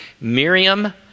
Miriam